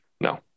no